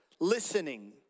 listening